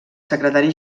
secretari